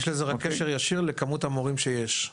יש לזה רק קשר ישיר לכמות המורים שיש.